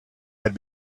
had